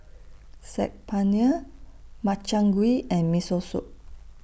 Saag Paneer Makchang Gui and Miso Soup